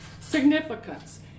significance